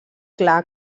clar